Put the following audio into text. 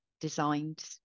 designed